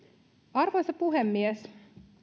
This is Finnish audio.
arvoisa puhemies